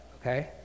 okay